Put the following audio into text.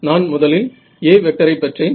நான் முதலில் A வெக்டரை பெற்றேன்